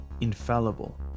infallible